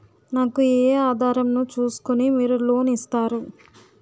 నాకు ఏ ఆధారం ను చూస్కుని మీరు లోన్ ఇస్తారు?